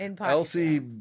Elsie